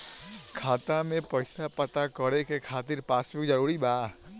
खाता में पईसा पता करे के खातिर पासबुक जरूरी बा?